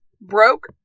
broke